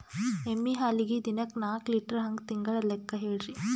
ಎಮ್ಮಿ ಹಾಲಿಗಿ ದಿನಕ್ಕ ನಾಕ ಲೀಟರ್ ಹಂಗ ತಿಂಗಳ ಲೆಕ್ಕ ಹೇಳ್ರಿ?